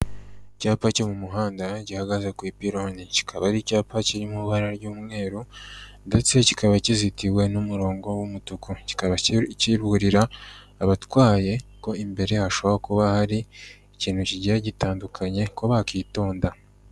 Icyapa cyo mu muhanda gihagaze ku ipironi kikaba ari icyapa kiri mu ibara ry'umweru ndetse kikaba kizitiwe n'umurongo w'umutuku, kikaba kiburira abatwaye ko imbere hashobora kuba hari ikintu kigiye gitandukanye ko bakitonda.